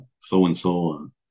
so-and-so